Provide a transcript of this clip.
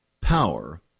power